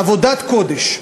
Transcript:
עבודת קודש.